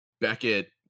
Beckett